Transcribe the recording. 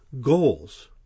goals